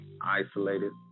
isolated